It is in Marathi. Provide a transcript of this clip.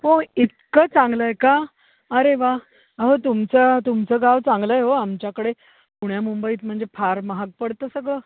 होय इतकं चांगलं आहे का अरे वा अहो तुमच्या तुमचं गाव चांगलं आहे हो आमच्याकडे पुण्यामुंबईत म्हणजे फार महाग पडतं सगळं